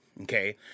okay